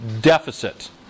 deficit